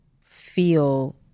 feel